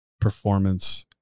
performance